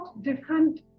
different